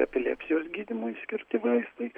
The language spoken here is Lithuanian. epilepsijos gydymui skirti vaistai